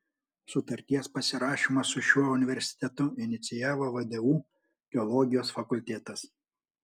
sutarties pasirašymą su šiuo universitetu inicijavo vdu teologijos fakultetas